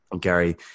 gary